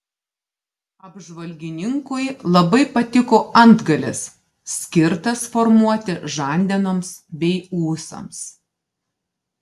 apžvalgininkui labai patiko antgalis skirtas formuoti žandenoms bei ūsams